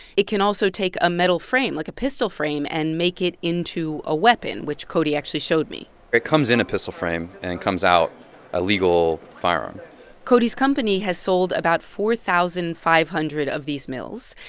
it can also take a metal frame like a pistol frame and make it into a weapon, which cody actually showed me it comes in a pistol frame and comes out a legal firearm cody's company has sold about four thousand five hundred of these mills.